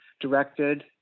directed